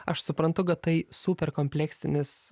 aš suprantu kad tai super kompleksinis